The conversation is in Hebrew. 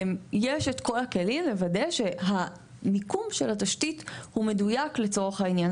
יש את כל הכלים לוודא שהמיקום של התשתית הוא מדויק לצורך העניין הזה.